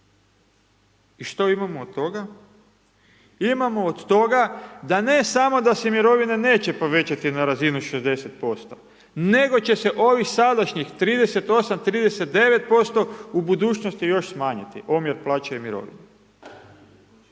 I što imamo od toga? Imamo od toga da ne samo da se mirovine neće povećati na razinu 60%, nego će se ovih sadašnjih 38, 39%, u budućnosti još smanjiti, omjer plaća i mirovina.